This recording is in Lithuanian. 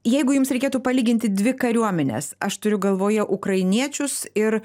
jeigu jums reikėtų palyginti dvi kariuomenes aš turiu galvoje ukrainiečius ir